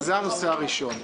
זה הנושא הראשון.